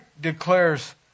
declares